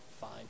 fine